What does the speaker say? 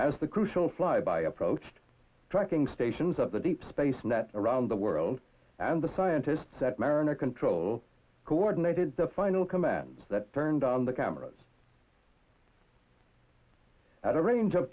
as the crucial flyby approached tracking stations of the deep space net around the world and the scientists at mariner control coordinated the final commands that turned on the cameras at a range of